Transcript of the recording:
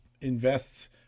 invests